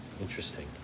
Interesting